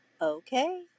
Okay